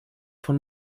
von